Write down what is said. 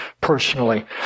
personally